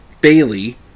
Bailey